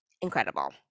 incredible